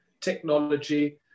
technology